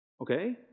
Okay